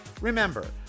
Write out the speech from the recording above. Remember